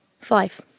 five